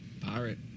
Pirate